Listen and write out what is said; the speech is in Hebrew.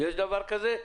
בבקשה.